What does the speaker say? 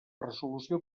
resolució